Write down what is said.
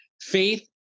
Faith